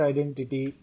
Identity